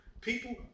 People